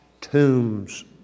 tombs